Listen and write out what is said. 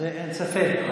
אין ספק,